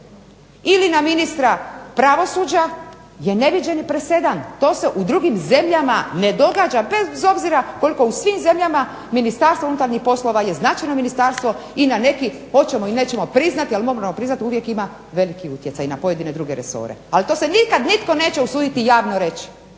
ili na ministra pravosuđa je neviđeni presedan. To se u drugim zemljama ne događa, bez obzira koliko u svim zemljama Ministarstvo unutarnjih poslova je značajno ministarstvo i na nekih hoćemo ili nećemo priznati, ali moramo priznati uvijek ima veliki utjecaj na pojedine druge resore. Ali to se nikad nitko neće usuditi javno reći,